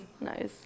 nice